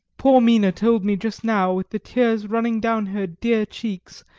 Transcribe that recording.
poor mina told me just now, with the tears running down her dear cheeks,